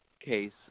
case